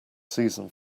season